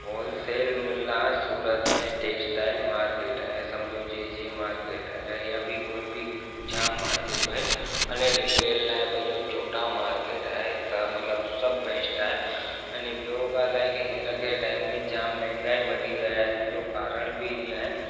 wholesale मिल आहे सूरत में टैक्सटाइल मार्केट आहे सम्झो जे जे मार्केट आहे ईअं बि कोई बि जाम मार्केट भाई अने रीटेल लाइ भाई इहो चौटा मार्केट आहे त मतिलबु सभु बेस्ट आहे अने ॿियो ॻाल्हि आहे की हीअंर के टाइम में जाम महांगाई वधी वई आहे हिन जो कारण बि हीअं आहे